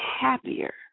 happier